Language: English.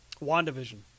WandaVision